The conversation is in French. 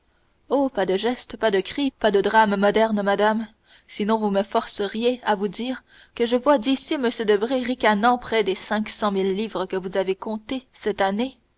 pas de gestes pas de cris pas de drame moderne madame sinon vous me forceriez à vous dire que je vois d'ici m debray ricanant près des cinq cent mille livres que vous lui avez comptées cette année